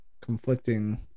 conflicting